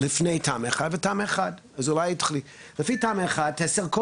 לפני תמ"א1 ותמ"א 1. לפי תמ"א1 תיאסר כל